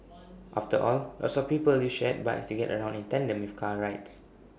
after all lots of people use shared bikes to get around in tandem with car rides